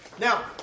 Now